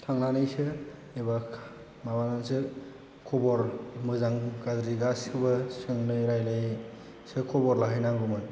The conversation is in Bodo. थांनानैसो एबा माबानानैसो खबर मोजां गाज्रि गासैखौबो सोंनानै रायज्लानासो खबर लाहै नांगौमोन